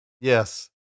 Yes